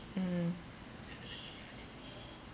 mm